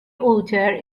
altar